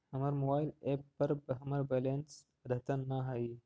हमर mobile app पर हमर बैलेंस अद्यतन ना हई